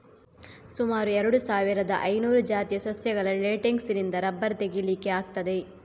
ಸುಮಾರು ಎರಡು ಸಾವಿರದ ಐನೂರು ಜಾತಿಯ ಸಸ್ಯಗಳ ಲೇಟೆಕ್ಸಿನಿಂದ ರಬ್ಬರ್ ತೆಗೀಲಿಕ್ಕೆ ಆಗ್ತದೆ